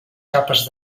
capes